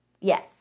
Yes